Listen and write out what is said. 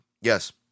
Yes